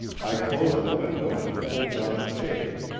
i closed the window and pulled down the shade,